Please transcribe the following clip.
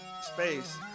space